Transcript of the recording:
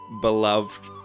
beloved